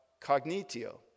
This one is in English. cognitio